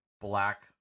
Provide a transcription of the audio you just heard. black